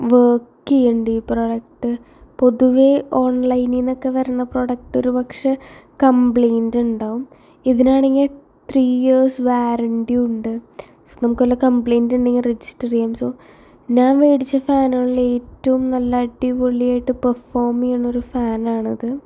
work ചെയ്യണുണ്ട് ഈ product പൊതുവെ ഓൺലൈനിൽ നിന്നൊക്കെ വരണ പ്രോഡക്ട് ഒരു പക്ഷെ കംപ്ലൈൻ്റ് ഉണ്ടാവും ഇതിനാണെങ്കിൽ ത്രീ ഇയേർസ് വാരൻ്റിയും ഉണ്ട് നമുക്ക് വല്ല കംപ്ലൈൻ്റ് ഉണ്ടെങ്കിൽ രജിസ്റ്റർ ചെയ്യാം സോ ഞാൻ വേടിച്ച ഫാനുകളിൽ ഏറ്റവും നല്ല അടിപൊളി ആയിട്ട് പെർഫോം ചെയ്യണ ഒരു ഫാനാണത്